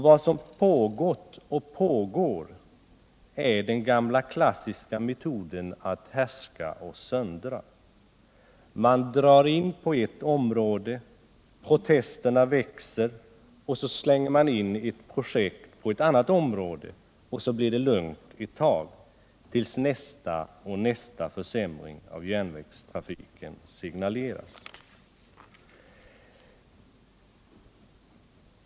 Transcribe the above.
Vad som pågått och pågår är tillämpningen av den gamla klassiska metoden att härska och söndra. Man drar in på ett område. Protesterna växer, och så slänger man in ett projekt på ett annat område. Så blir det lugnt ett tag, tills nästa försämring av järnvägstrafiken signaleras.